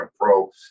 pro